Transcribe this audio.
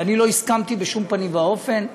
ואני לא הסכמתי בשום פנים ואופן.